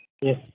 Yes